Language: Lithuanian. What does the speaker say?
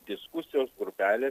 diskusijos grupelėj